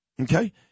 okay